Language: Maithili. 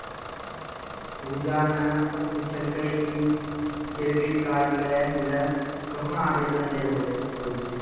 पूजा ने पूछलकै कि क्रेडिट कार्ड लै ल कहां आवेदन दै ल होय छै